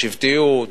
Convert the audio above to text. השבטיות,